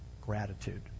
gratitude